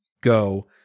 go